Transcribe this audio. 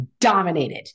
dominated